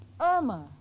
Irma